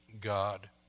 God